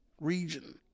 region